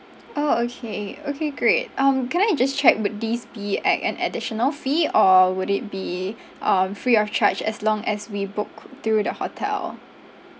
orh okay okay great um can I just check would these be at an additional fee or would it be um free of charge as long as we book through the hotel